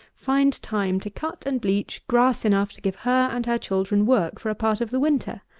find time to cut and bleach grass enough to give her and her children work for a part of the winter?